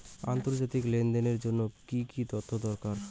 আন্তর্জাতিক লেনদেনের জন্য কি কি তথ্য দরকার?